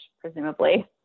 presumably